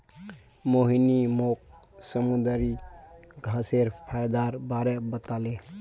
मोहिनी मोक समुंदरी घांसेर फयदार बारे बताले